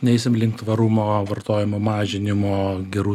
neisim link tvarumo vartojimo mažinimo gerų